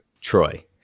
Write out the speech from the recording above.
Troy